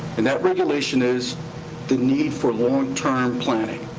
and that regulation is the need for long-term planning.